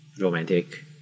romantic